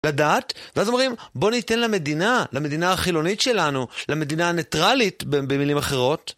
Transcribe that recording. לדעת, ואז אומרים, בוא ניתן למדינה, למדינה החילונית שלנו, למדינה הניטרלית, במילים אחרות.